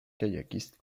kayakiste